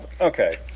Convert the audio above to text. Okay